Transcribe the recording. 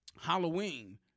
Halloween